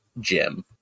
Jim